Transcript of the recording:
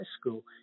school